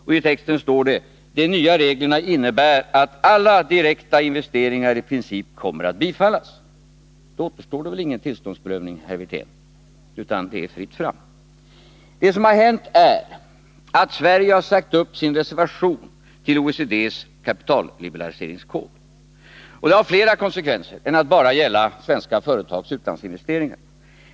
I texten står det: De nya reglerna innebär att alla direkta investeringar i princip kommer att bifallas. Då återstår det väl ingen tillståndsprövning, herr Wirtén, utan det är fritt fram. Det som har hänt är att Sverige har sagt upp sin reservation till OECD:s kapitalliberaliseringskod. Och det har flera konsekvenser än att bara gälla svenska företags utlandsinvesteringar.